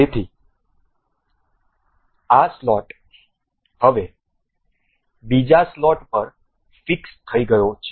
તેથી આ સ્લોટ હવે બીજા સ્લોટ પર ફિક્સ થઈ ગયો છે